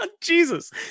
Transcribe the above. Jesus